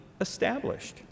established